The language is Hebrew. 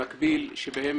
במקביל,